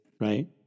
right